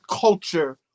culture